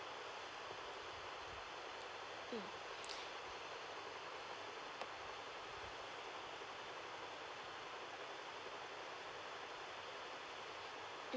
mm